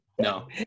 No